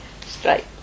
straight